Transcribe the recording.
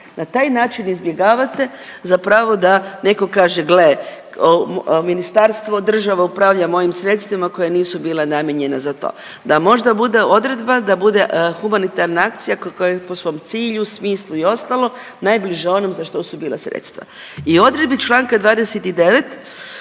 Na taj način izbjegavate zapravo da neko kaže gle ministarstvo, država upravlja mojim sredstvima koja nisu bila namijenjena za to, da možda bude odredba, da bude humanitarna akcija koja je po svom cilju, smislu i ostalo najbliža onom za što su bila sredstva. I u odredbi čl. 29.